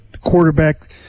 quarterback